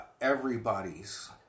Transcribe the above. everybody's